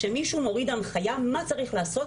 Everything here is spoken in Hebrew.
שמישהו מוריד הנחיה מה צריך לעשות,